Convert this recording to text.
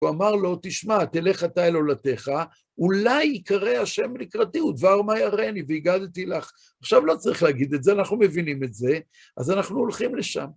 הוא אמר לו, תשמע, תלך אתה אל הולדתך, אולי ייקרא השם לקראתי ודבר מה יראני, והגדתי לך. עכשיו לא צריך להגיד את זה, אנחנו מבינים את זה, אז אנחנו הולכים לשם.